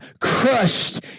crushed